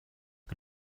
but